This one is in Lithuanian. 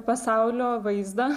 pasaulio vaizdą